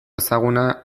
ezaguna